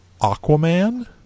Aquaman